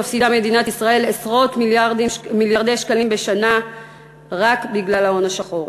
מדינת ישראל מפסידה עשרות מיליארדי שקלים בשנה רק בגלל ההון השחור.